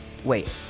Wait